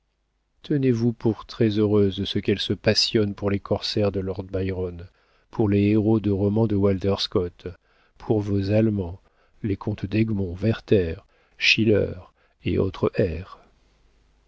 tenez-vous pour très heureuse de ce qu'elle se passionne pour les corsaires de lord byron pour les héros de roman de walter scott pour vos allemands les comtes d'egmont werther schiller et autres